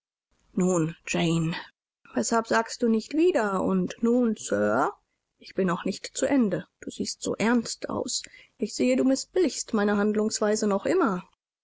nun jane weshalb sagst du nicht wieder und nun sir ich bin noch nicht zu ende du siehst so ernst aus ich sehe du mißbilligst meine handlungsweise noch immer